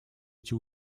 эти